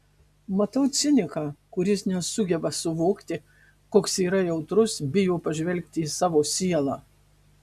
matau ciniką kuris nesugeba suvokti koks yra jautrus bijo pažvelgti į savo sielą